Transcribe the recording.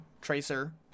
Tracer